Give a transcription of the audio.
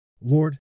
Lord